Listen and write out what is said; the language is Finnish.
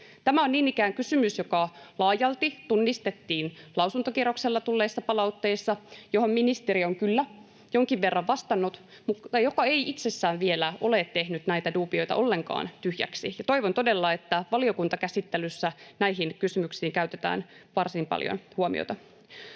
Tämä on niin ikään kysymys, joka laajalti tunnistettiin lausuntokierroksella tulleissa palautteissa, joihin ministeri on kyllä jonkin verran vastannut, mutta se ei itsessään vielä ole tehnyt näitä duubioita ollenkaan tyhjäksi. Toivon todella, että valiokuntakäsittelyssä näihin kysymyksiin kiinnitetään varsin paljon huomiota.